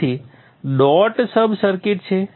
તેથી dot sub circuit છે